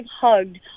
hugged